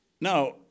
Now